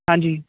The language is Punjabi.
ਹਾਂਜੀ